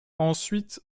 ensuite